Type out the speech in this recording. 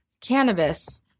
cannabis